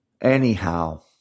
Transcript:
Anyhow